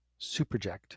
superject